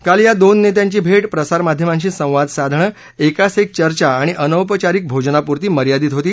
काल या दोन नेत्यांची भेट प्रसारमाध्यमांशी संवाद साधणं एकास एक चर्चा आणि अनौपचारिक भोजनापुरती मर्यादित होती